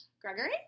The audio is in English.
Gregory